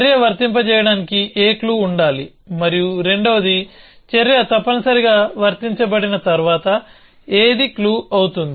చర్య వర్తింపజేయడానికి ఏ క్లూ ఉండాలి మరియు రెండవది చర్య తప్పనిసరిగా వర్తించబడిన తర్వాత ఏది క్లూ అవుతుంది